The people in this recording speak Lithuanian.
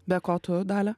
be ko tu dalia